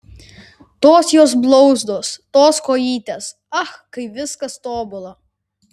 tos jos blauzdos tos kojytės ach kaip viskas tobula